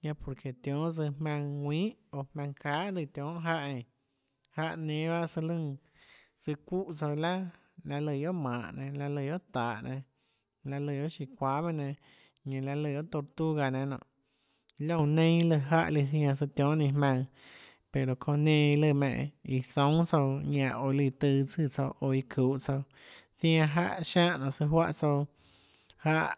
guiohà porþe tionhâ tsøã jmaønã ðuinhà oå jmaønã çahà lùã tionhâ jáhã eínã jáhã nénâ bahâ søã lùnã søã çúhã tsouã iâ laà laê lùã guiohà manhå nénâ laê lù guiohà tahå nénâ laê lùã guiohâ siâ çuahà meinhâ nénâ ñanã laê lùã guiohà tortuga nénâ liónã neinâ lùã jáhã søã tionhâ nainhå jmaønã pero çounã nenã iã lùã menè iã zoúnâ tsouã ñanã oå líã tøå tsùã tsouã oå iã çuhå tsouã zianã jáhã siáhã nonê søã juáhã tsouã jáhã